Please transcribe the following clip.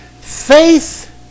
Faith